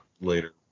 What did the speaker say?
later